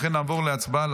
לכן נעבור להצבעה על